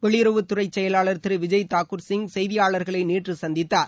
வெளியுறவுத்துறை செயலாளர் திரு விஜய் தாக்கூர் சிங் செய்தியாளர்களை நேற்று சந்தித்தார்